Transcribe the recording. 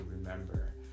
remember